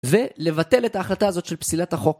ולבטל את ההחלטה הזאת של פסילת החוק.